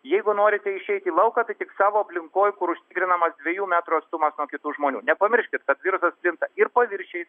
jeigu norite išeiti į lauką tai tik savo aplinkoj kur užtikrinamas dviejų metrų atstumas nuo kitų žmonių nepamirškit tas virusas plinta ir paviršiais